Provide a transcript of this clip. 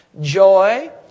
joy